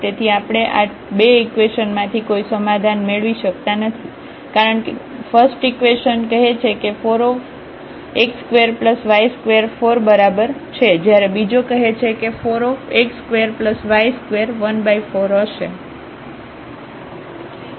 તેથી આપણે આ 2 ઇકવેશન માંથી કોઈ સમાધાન મેળવી શકતા નથી કારણ કે ફસ્ટઇકવેશન કહે છે કે 4 x2 y2 4 બરાબર છે જ્યારે બીજો કહે છે કે 4 x2 y2 14 હશે